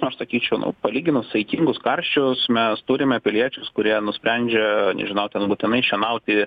nu aš sakyčiau nu palyginus saikingus karščius mes turime piliečius kurie nusprendžia nežinau ten būtinai šienauti